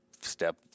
step